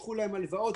תדחו להם הלוואות.